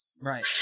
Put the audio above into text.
Right